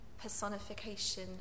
personification